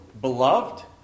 beloved